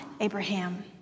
Abraham